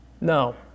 No